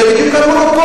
זה בדיוק המונופול.